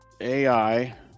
AI